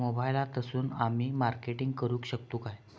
मोबाईलातसून आमी मार्केटिंग करूक शकतू काय?